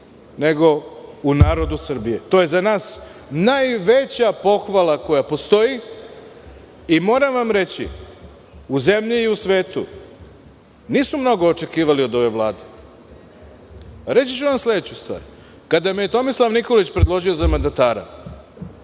nego u narodu Srbije. To je za nas najveća pohvala koja postoji. Moram vam isto reći, u zemlji i u svetu, nisu mnogo očekivali od ove Vlade. Reći ću vam sledeću stvar. Kada me je Tomislav Nikolić predložio za mandatara,